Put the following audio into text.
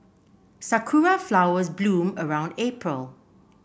sakura flowers bloom around April